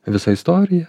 visą istoriją